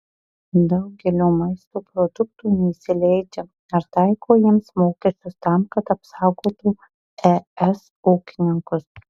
daugelio maisto produktų neįsileidžia ar taiko jiems mokesčius tam kad apsaugotų es ūkininkus